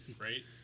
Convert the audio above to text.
Right